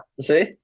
See